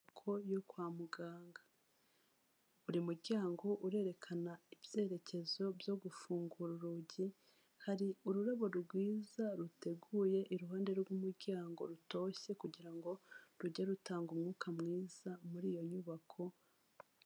Inyuko yo kwa muganga, buri muryango urerekana ibyerekezo byo gufungura urugi, hari ururabo rwiza ruteguye iruhande rw'umuryango rutoshye kugira ngo rujye rutanga umwuka mwiza muri iyo nyubako.